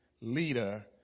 leader